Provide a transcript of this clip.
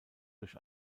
durch